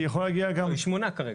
לא, היא שמונה כרגע.